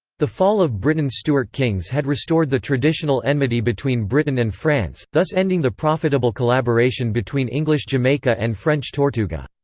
the fall of britain's stuart kings had restored the traditional enmity between britain and france, thus ending the profitable collaboration between english jamaica jamaica and french tortuga.